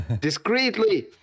Discreetly